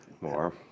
more